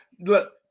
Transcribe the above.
Look